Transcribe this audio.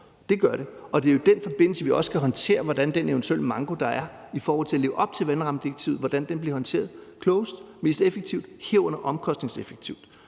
Det gør det, og det er jo i den forbindelse, vi også skal håndtere, hvordan den eventuelle manko, der er i forhold til at leve op til vandrammedirektivet, bliver håndteret klogest og mest effektivt, herunder omkostningseffektivt.